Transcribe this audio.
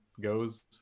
goes